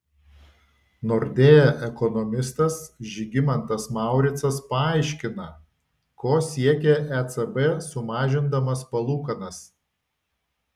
nordea ekonomistas žygimantas mauricas paaiškina ko siekė ecb sumažindamas palūkanas